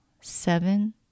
seven